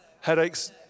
Headaches